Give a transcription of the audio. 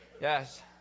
Yes